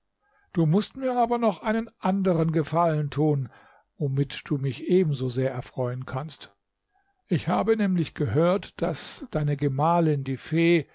du mußt mir aber noch einen anderen gefallen tun womit du mich ebenso sehr erfreuen kannst ich habe nämlich gehört daß deine gemahlin die fee